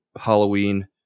Halloween